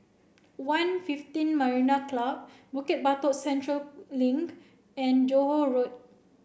One Fifteen Marina Club Bukit Batok Central Link and Johore Road